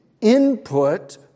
input